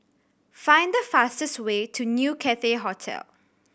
find the fastest way to New Cathay Hotel